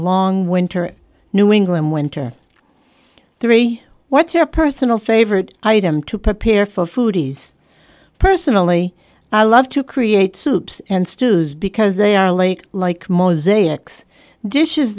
long winter new england winter three what's your personal favorite item to prepare for foodies personally i love to create soups and stews because they are a lake like